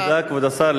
תודה, כבוד השר.